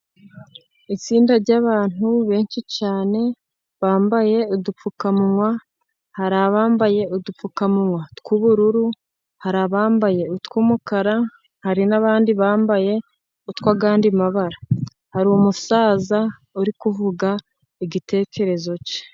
Itsinda ry'abantutu benshi cyane bambaye udupfukamunwa, hari abambaye udupfukamunwa tw'ubururu, hari abambaye utw'umukara, hari n'abandi bambaye utw'andi mabara, hari umusaza uri kuvuga igitekerezo cye.